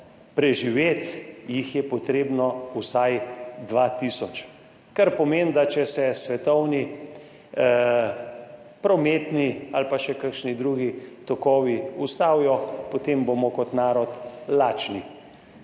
preživeti, jih je potrebno vsaj 2 tisoč, kar pomeni, da če se svetovni prometni ali pa še kakšni drugi tokovi ustavijo, potem bomo kot narod lačni.